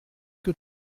que